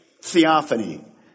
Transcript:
Theophany